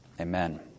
Amen